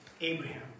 Abraham